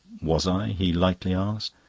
was i? he lightly asked.